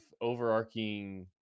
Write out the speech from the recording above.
overarching